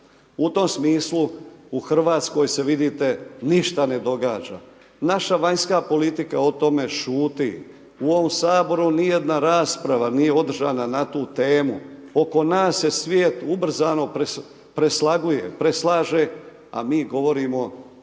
U tom smislu u Hrvatskoj se, vidite, ništa ne događa. Naša vanjska politika o tome šuti, u ovom Saboru nijedna rasprava nije održana na tu temu, oko nas se svijet ubrzano preslaguje, preslaže, a mi govorimo često